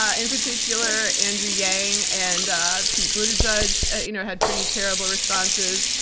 ah in particular, andrew yang and ah pete buttigieg ah you know had pretty terrible responses.